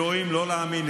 אלוהים, לא להאמין.